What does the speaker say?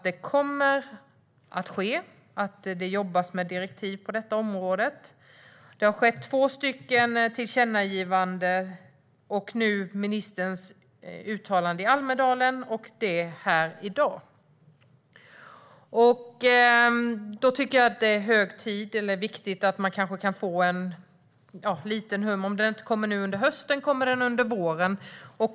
Det kommer att ske, och det jobbas med direktiv på detta område. Det har kommit två tillkännagivanden och två uttalanden från ministern - det i Almedalen och det här i dag. Jag tycker att det är hög tid och viktigt att få ett litet hum om när utredningen kommer. Om den inte kommer nu under hösten, kommer den under våren?